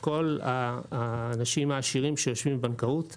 לכל האנשים העשירים שיושבים בבנקאות פרטית.